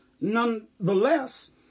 Nonetheless